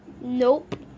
Nope